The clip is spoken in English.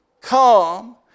come